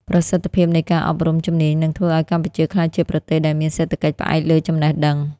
ប្រសិទ្ធភាពនៃការអប់រំជំនាញនឹងធ្វើឱ្យកម្ពុជាក្លាយជាប្រទេសដែលមានសេដ្ឋកិច្ចផ្អែកលើចំណេះដឹង។